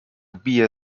bije